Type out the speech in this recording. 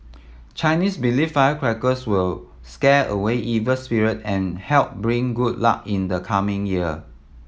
Chinese believe firecrackers will scare away evil spirit and help bring good luck in the coming year